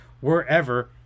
wherever